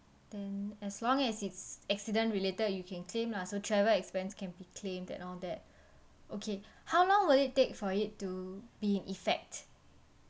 then as long as it's accident related you can claim lah so travel expense can be claimed and all that okay how long will it take for it to be in effect